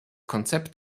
konzept